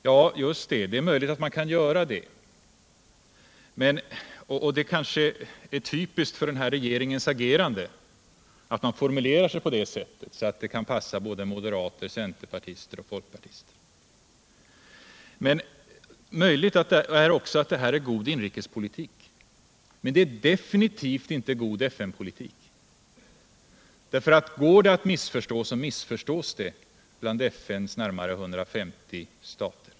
Ja, just det — det är möjligt att man kan göra detta, och det kanske är typiskt för den här regeringens agerande att man formulerar sig så att det kan passa både moderater, centerpartister och folkpartister. Möjligt är också att det här är god inrikespolitik, men det är definitivt inte god FN politik, för går det att missförstå, så missförstås det bland FN:s närmare 150 stater.